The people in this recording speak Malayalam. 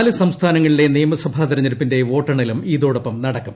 നാല് സംസ്ഥാനങ്ങളിലെ നിയമസഭാ തിരഞ്ഞെടുപ്പിന്റെ വോട്ടെണ്ണലും ഇതോടൊപ്പം നടക്കും